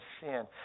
sin